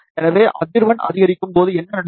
எனவே அதிர்வெண் அதிகரிக்கும் போது என்ன நடக்கும்